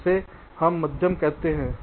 जिसे हम माध्यम कहते हैं